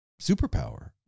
superpower